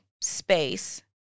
space